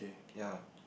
ya